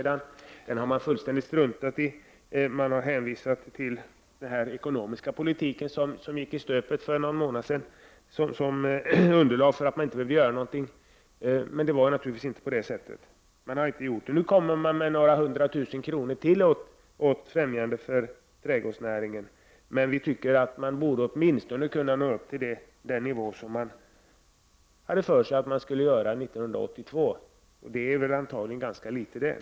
Den har man fullständigt struntat i. Man har för att inte behöva göra något hänvisat till den ekonomiska politik som gick i stöpet för någon månad sedan. Men det är ju naturligtvis inte så. Nu erbjuds det några hundra tusen kronor till för främjande av trädgårdsnäringen. Men vi tycker att man åtminstone skulle kunna nå upp till den nivå som bestämdes 1982. Det är antagligen ganska litet.